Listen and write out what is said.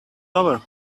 over